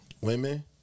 Women